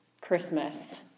Christmas